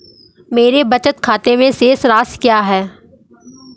मेरे बचत खाते में शेष राशि क्या है?